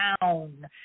down